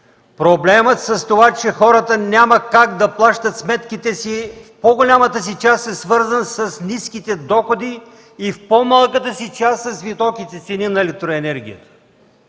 Проблемът с това, че хората няма как да плащат сметките си, в по-голямата си част е свързан с ниските доходи и в по-малката си част – с високите цени на електроенергията.